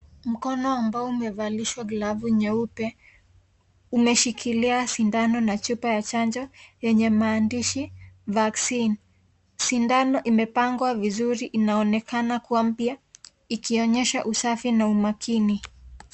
Mkono ambao umevalishwa glovu nyeupe umeshikilia sindano na chupa ya chanjo yenye maandishi vaccine . Sindano imepangwa vizuri. Inaonekana kuwa mpya ikionyesha usafi na umakini.